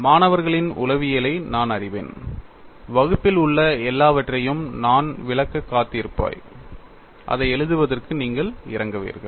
மாணவர்களின் உளவியலை நான் அறிவேன் வகுப்பில் உள்ள எல்லாவற்றையும் நான் விளக்க காத்திருப்பாய் அதை எழுதுவதற்கு நீங்கள் இறங்குவீர்கள்